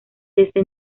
desde